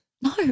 No